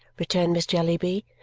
returned miss jellyby,